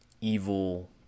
evil